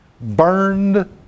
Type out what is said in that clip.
burned